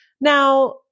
Now